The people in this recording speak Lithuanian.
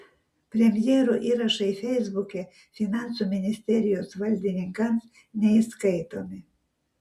premjero įrašai feisbuke finansų ministerijos valdininkams neįskaitomi